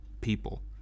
people